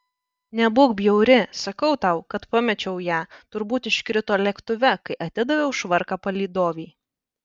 nebūk bjauri sakau tau kad pamečiau ją turbūt iškrito lėktuve kai atidaviau švarką palydovei